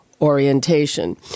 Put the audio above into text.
orientation